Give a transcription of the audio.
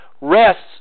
rests